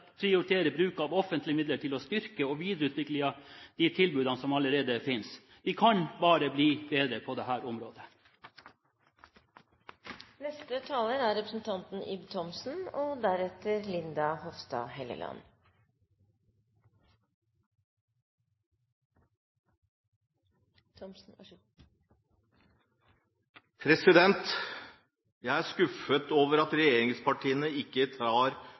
prioritere bruk av offentlige midler til å styrke og videreutvikle de tilbudene som allerede finnes. Vi kan bare bli bedre på dette området. Jeg er skuffet over at regjeringspartiene ikke tar